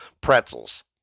Pretzels